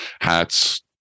hats